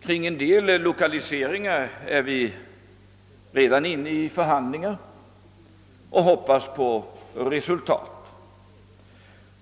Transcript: Beträffande vissa lokaliseringar är vi redan inne i förhandlingar och hoppas på resultat.